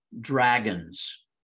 dragons